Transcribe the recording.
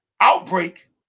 outbreak